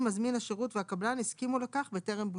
אם מזמין השירות והקבלן הסכימו לכך בטרם בוצעו.